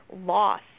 loss